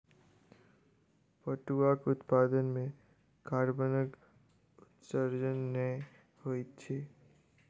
पटुआक उत्पादन मे कार्बनक उत्सर्जन नै होइत छै